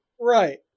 Right